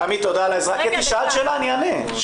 קטי שאלת שאלה, אני אענה.